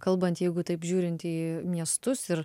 kalbant jeigu taip žiūrint į miestus ir